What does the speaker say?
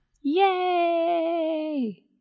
Yay